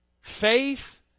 faith